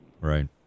Right